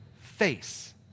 face